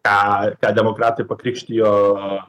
tą ką demokratai pakrikštijo